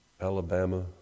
Alabama